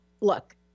Look